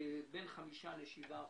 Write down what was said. בין 5% ל-7%.